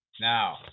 Now